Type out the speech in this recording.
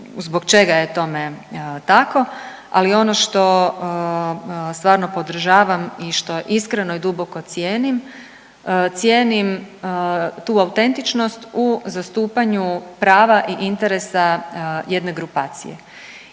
zbog čega je tome tako, ali ono što stvarno podržavam i što iskreno i duboko cijenim, cijenim tu autentičnost u zastupanju prava i interesa jedne grupacije